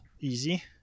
easy